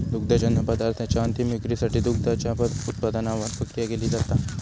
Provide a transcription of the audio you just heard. दुग्धजन्य पदार्थांच्या अंतीम विक्रीसाठी दुधाच्या उत्पादनावर प्रक्रिया केली जाता